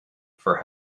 for